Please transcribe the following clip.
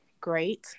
Great